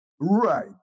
Right